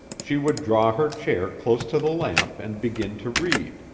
she would draw her chair close to the lamp and begin to read,